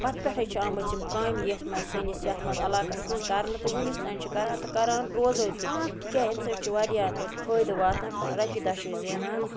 پَتہٕ پٮ۪ٹھَے چھِ آمٕژ یِم کامہِ یَتھ منٛز سٲنِس یَتھ مَنٛز عَلاقَس مَنٛز کَرنہٕ تہٕ وٕنِس تانۍ چھِ کَران تہٕ کَران روزو تہِ تِکیٛازِ اَمہِ سۭتۍ چھُ واریاہ فٲیدٕ واتان رۄپیہِ دَہ چھِ زٮ۪نان